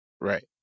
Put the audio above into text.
Right